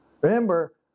Remember